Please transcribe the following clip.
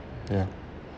ya